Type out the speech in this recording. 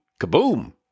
kaboom